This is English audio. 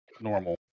normal